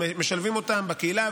הן משלבות אותם בקהילה.